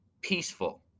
peaceful